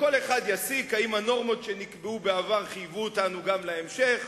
כל אחד יסיק אם הנורמות שנקבעו בעבר חייבו אותנו גם להמשך,